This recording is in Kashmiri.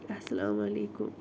اسلام علیکُم